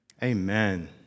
Amen